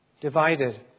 divided